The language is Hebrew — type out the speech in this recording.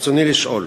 רצוני לשאול: